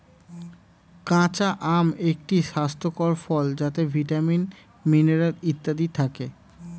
কাঁচা আম একটি স্বাস্থ্যকর ফল যাতে ভিটামিন, মিনারেল ইত্যাদি থাকে